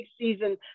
season